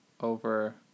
over